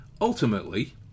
ultimately